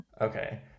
Okay